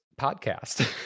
podcast